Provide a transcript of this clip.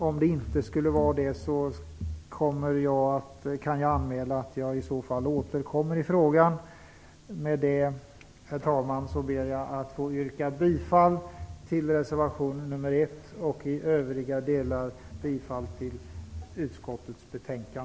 Om sådana åtgärder inte kommer till stånd kommer jag att återkomma i frågan. Med det, herr talman, ber jag att få yrka bifall till reservation nr 1 och i övriga delar bifall till utskottets hemställan.